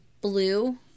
blue